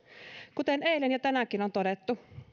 kuten eilen ja tänäänkin on todettu